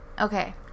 Okay